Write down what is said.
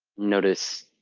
notice